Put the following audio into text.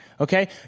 okay